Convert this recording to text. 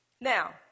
Now